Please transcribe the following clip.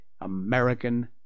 American